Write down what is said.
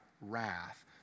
wrath